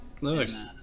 Looks